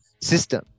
system